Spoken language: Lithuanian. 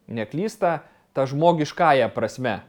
neklysta ta žmogiškąja prasme